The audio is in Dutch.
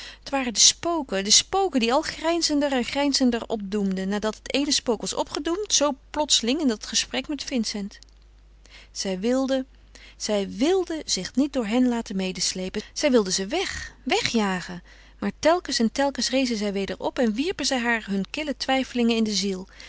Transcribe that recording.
het waren de spoken de spoken die al grijnzender en grijnzender opdoemden nadat het eene spook was opgedoemd zoo plotseling in dat gesprek met vincent zij wilde zij wilde zich niet door hen laten medesleepen zij wilde ze weg wegjagen maar telkens en telkens rezen zij weder op en wierpen zij haar hunne kille twijfelingen in de ziel